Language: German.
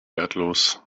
wertlos